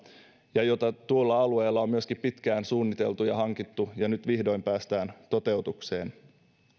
jota tuolla alueella on myöskin pitkään suunniteltu ja hankittu ja nyt vihdoin päästään toteutukseen